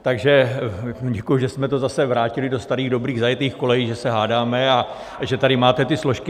Takže děkuji, že jsme to zase vrátili do starých dobrých zajetých kolejí, že se hádáme a že tady máte ty složky.